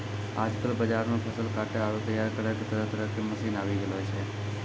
आजकल बाजार मॅ फसल काटै आरो तैयार करै के तरह तरह के मशीन आबी गेलो छै